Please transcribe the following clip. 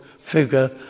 figure